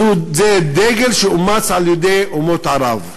זה דגל שאומץ על-ידי אומות ערב.